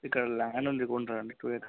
ఇక్కడ ల్యాండ్ ఉంది కొంటారా అండి టూ ఎకర్స్